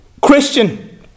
Christian